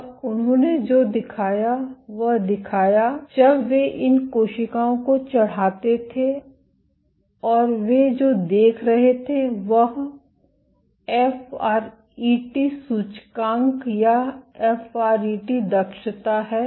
और उन्होंने जो दिखाया वह दिखाया जब वे इन कोशिकाओं को चढ़ाते थे और वे जो देख रहे थे वह एफआरईटी सूचकांक या एफआरईटी दक्षता है